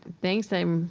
thanks, i'm